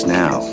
now